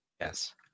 yes